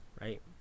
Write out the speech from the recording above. right